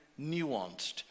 nuanced